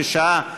בשעה 16:55,